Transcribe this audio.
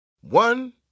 One